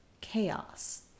chaos